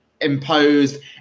imposed